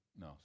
No